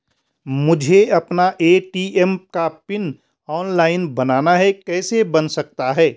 मुझे अपना ए.टी.एम का पिन ऑनलाइन बनाना है कैसे बन सकता है?